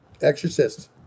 Exorcist